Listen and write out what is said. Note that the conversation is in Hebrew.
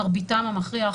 מרביתם המכריע,